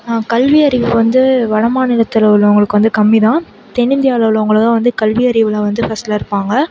கல்வியறிவு வந்து வடமாநிலத்தில் உள்ளவங்களுக்கு வந்து கம்மிதான் தென்னிந்தியாவில் உள்ளவங்களைதான் வந்து கல்வியறிவில் வந்து ஃபஸ்ட்ல இருப்பாங்க